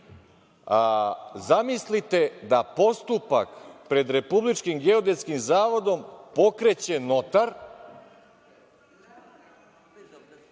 Zamislite da postupak pred Republičkim geodetskim zavodom pokreće notar